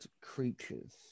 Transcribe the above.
creatures